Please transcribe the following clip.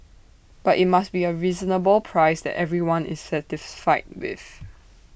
but IT must be A reasonable price that everyone is satisfied with